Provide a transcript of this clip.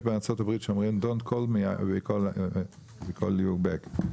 יש בארצות הברית שאומרים don't call me I will call you back.